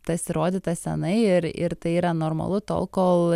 tas įrodyta senai ir ir tai yra normalu tol kol